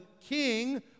king